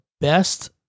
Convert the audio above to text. best